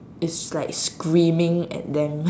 it's like screaming at them